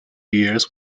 years